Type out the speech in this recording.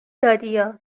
دادیا